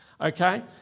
Okay